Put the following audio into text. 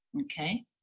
okay